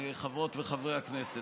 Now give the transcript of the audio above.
חברות וחברי הכנסת,